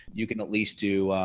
you can at least do